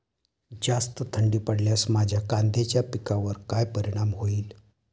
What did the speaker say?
जास्त थंडी पडल्यास माझ्या कांद्याच्या पिकावर काय परिणाम होईल?